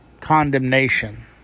condemnation